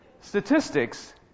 Statistics